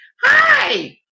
Hi